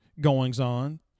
goings-on